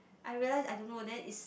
I realise I don't know then is